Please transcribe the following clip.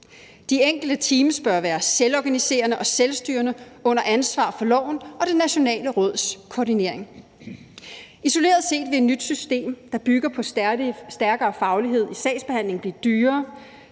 De enkelte teams bør være selvorganiserende og selvstyrende under ansvar for loven og det nationale råds koordinering. Isoleret set vil et nyt system, der bygger på særlig stærkere faglighed i sagsbehandlingen, blive dyrere.